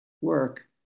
work